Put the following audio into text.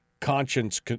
conscience